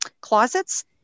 closets